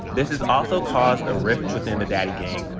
this has also caused a rift within the daddy gang,